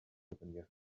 yesterday